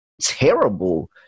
terrible